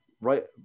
right